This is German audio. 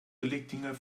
billigdinger